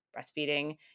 breastfeeding